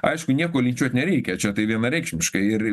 aišku nieko lynčiuot nereikia čia tai vienareikšmiškai ir